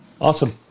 Awesome